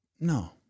No